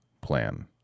plan